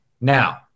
Now